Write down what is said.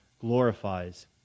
glorifies